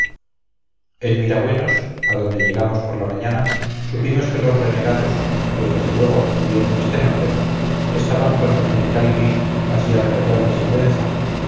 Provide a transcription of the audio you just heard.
en mirabuenos adonde llegamos por la mañana supimos que los renegados pues desde luego recibieron este nombre estaban con el general gui hacia rebollar de sigüenza